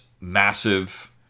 massive